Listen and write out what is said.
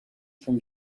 from